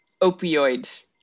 opioid